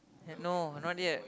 have no not yet